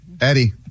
Eddie